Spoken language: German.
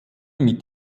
mit